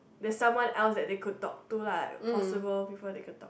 there's someone else that they could talk to lah possible people they can talk